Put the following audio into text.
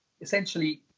essentially